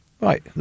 Right